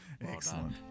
Excellent